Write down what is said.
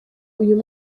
uyu